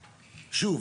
שוב,